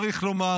צריך לומר,